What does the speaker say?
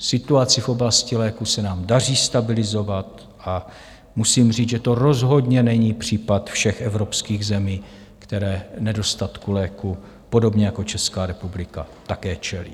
Situaci v oblasti léků se nám daří stabilizovat a musím říct, že to rozhodně není případ všech evropských zemí, které nedostatku léků podobně jako Česká republika také čelí.